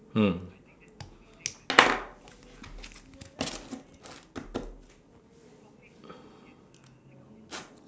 mm